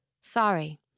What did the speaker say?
Sorry